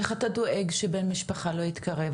איך אתה דואג שאותו בן המשפחה לא יתקרב?